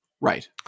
right